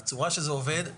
הצורה שזה עובד,